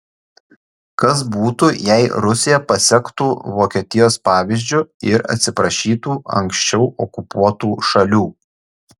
kas būtų jei rusija pasektų vokietijos pavyzdžiu ir atsiprašytų anksčiau okupuotų šalių